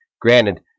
granted